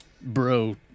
bro